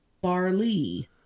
barley